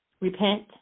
Repent